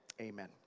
Amen